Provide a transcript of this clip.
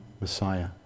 Messiah